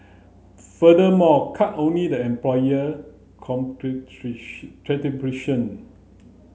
furthermore cut only the employer